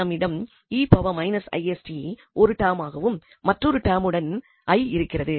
இங்கு நம்மிடம் 𝑒−𝑠𝑡 ஒரு டெர்மாகவும் மற்றொரு டெர்முடன் 𝑖 இருக்கிறது